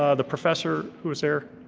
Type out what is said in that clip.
ah the professor who was there?